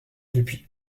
depuis